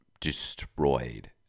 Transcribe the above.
destroyed